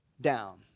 down